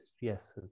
yes